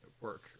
work